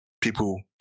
people